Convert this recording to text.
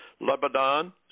Lebanon